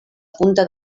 punta